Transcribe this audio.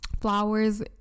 Flowers